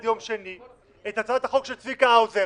יום שני את הצעת החוק של צביקה האוזר,